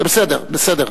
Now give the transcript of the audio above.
זה בסדר, בסדר.